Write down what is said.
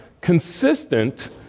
consistent